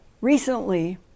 Recently